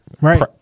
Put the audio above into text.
right